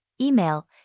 Email